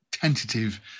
tentative